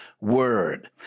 word